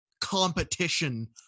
competition